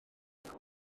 pwy